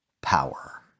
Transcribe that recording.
power